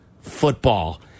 football